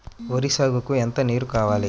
వరి సాగుకు ఎంత నీరు కావాలి?